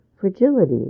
fragility